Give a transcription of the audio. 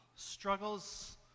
Struggles